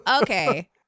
okay